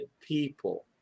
people